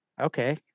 okay